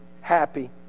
happy